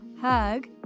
hug